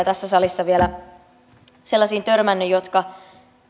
tässä salissa vielä törmännyt jotka